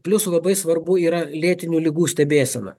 plius labai svarbu yra lėtinių ligų stebėsena